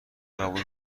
قبول